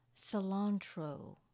cilantro